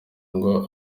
ngo